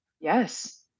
Yes